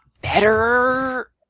better